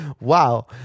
wow